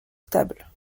stables